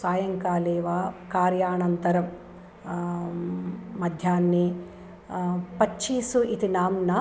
सायङ्काले वा कार्यानन्तरं मध्याह्ने पच्चीसु इति नाम्ना